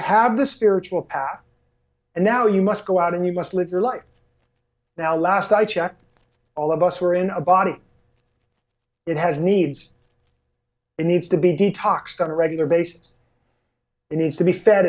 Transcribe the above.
have the spiritual path and now you must go out and you must live your life now last i checked all of us were in a body it has needs and needs to be detoxed on a regular basis and needs to be fed